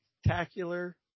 spectacular